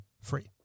free